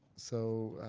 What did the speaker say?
so,